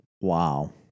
Wow